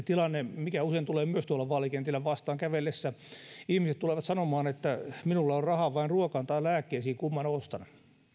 tilanne mikä usein tulee myös tuolla vaalikentillä kävellessä vastaan on se että ihmiset tulevat sanomaan että minulla on rahaa vain ruokaan tai lääkkeisiin kumman ostan